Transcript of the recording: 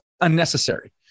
unnecessary